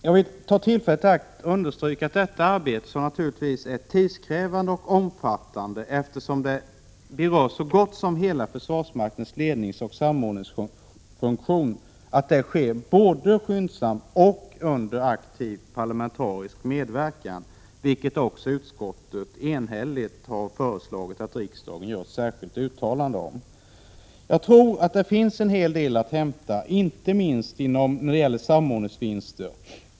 Jag vill ta tillfället i akt och understryka att detta arbete, som naturligtvis är tidskrävande och omfattande, eftersom det berör så gott som hela försvarsmaktens ledningsoch samordningsfunktion, sker både skyndsamt och under aktiv parlamentarisk medverkan, vilket också utskottet enhälligt har föreslagit att riksdagen skall göra ett särskilt uttalande om. Jag tror att det finns en hel del att hämta, inte minst när det gäller samordningsvinster.